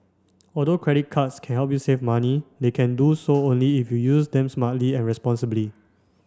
although credit cards can help you save money they can do so only if you use them smartly and responsibly